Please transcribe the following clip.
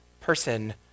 person